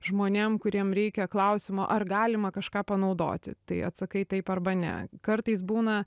žmonėm kuriem reikia klausimo ar galima kažką panaudoti tai atsakai taip arba ne kartais būna